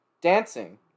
dancing